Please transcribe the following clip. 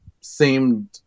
seemed